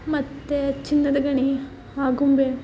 ಮತ್ತು ಚಿನ್ನದ ಗಣಿ ಆಗುಂಬೆ